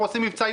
הוא עושה מבצעים,